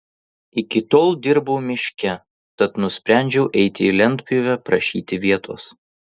iki tol dirbau miške tad nusprendžiau eiti į lentpjūvę prašyti vietos